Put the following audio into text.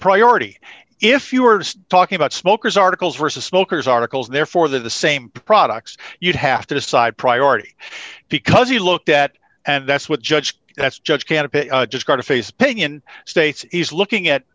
priority if you were just talking about smokers articles versus milkers articles there for the same products you'd have to decide priority because he looked at and that's what judge that's judge can't just go to face paying in states is looking at